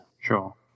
Sure